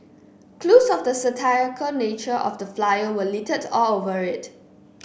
clues of the satirical nature of the flyer were littered all over it